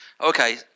Okay